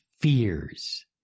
fears